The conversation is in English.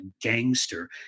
gangster